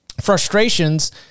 frustrations